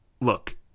look